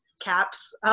CAPS